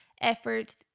efforts